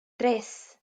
tres